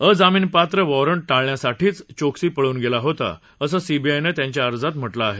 अजामीनपात्र वॉरंट टाळण्यासाठीच चोक्सी पळून गेला होता असं सीबीआयनं त्यांच्या अर्जात म्हटलं आहे